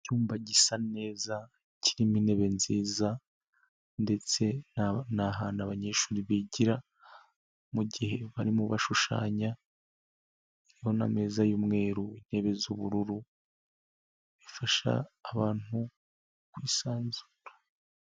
Icyumba gisa neza kirimo intebe nziza ndetse ni ahantu abanyeshuri bigira mu gihe barimo bashushanya, urabona ameza y'umweru, intebe z'ubururu, bifasha abantu kwisanzura.